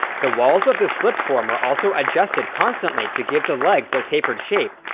the walls of the slip-form were also adjusted constantly to give the legs their tapered shape,